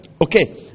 Okay